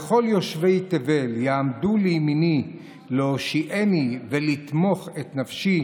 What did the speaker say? וכל יושבי תבל יעמדו לימיני להושיעני ולתמוך נפשי,